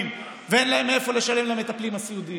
ואין להם מאיפה לשלם למטפלים הסיעודיים?